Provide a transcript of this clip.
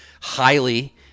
highly